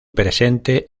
presente